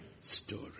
story